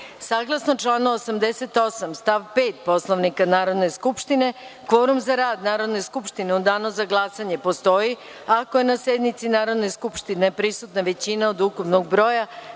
kvorum. Saglasno članu 88. stav 5. Poslovnika Narodne skupštine kvorum za rad Narodne skupštine u Danu za glasanje postoji ako je na sednici Narodne skupštine prisutna većina od ukupnog broja